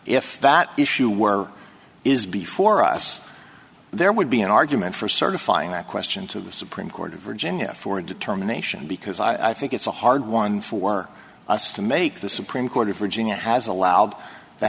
if that issue were is before us there would be an argument for certifying that question to the supreme court of virginia for a determination because i think it's a hard one for us to make the supreme court of virginia has allowed the